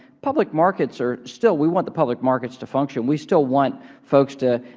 public markets are still, we want the public markets to function. we still want folks to,